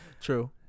true